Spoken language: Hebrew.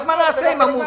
רק מה נעשה עם המובטלים